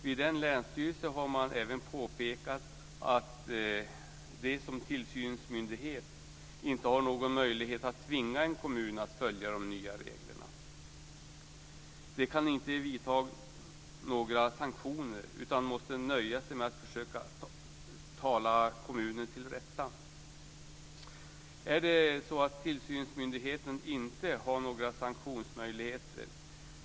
Vid en länsstyrelse har man även påpekat att man som tillsynsmyndighet inte har någon möjlighet att tvinga en kommun att följa de nya reglerna. Man kan inte vidta några sanktioner utan måste nöja sig med att försöka tala kommunen till rätta. Det är en stor svaghet i systemet om tillsynsmyndigheten inte har några sanktionsmöjligheter.